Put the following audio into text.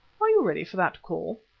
are you ready for that call?